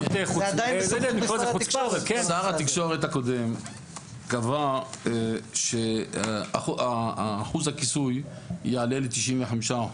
שר התקשורת הקודם קבע שאחוז הכיסוי יעלה ל-95%